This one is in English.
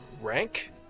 rank